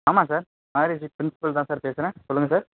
ஆமாம் sir Maharishi principal தான் sir பேசுகிறேன் சொல்லுங்கள் சார்